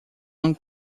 one